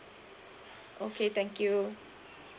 okay thank you